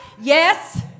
Yes